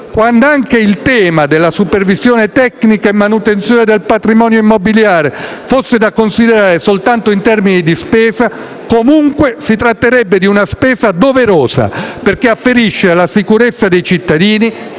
Quand'anche il tema della supervisione tecnica e manutenzione del patrimonio immobiliare fosse da considerare soltanto in termini di spesa, comunque si tratterebbe di una spesa doverosa perché afferisce alla sicurezza dei cittadini